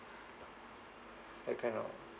that kind of